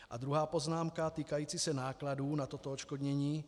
A druhá poznámka týkající se nákladů na toto odškodnění.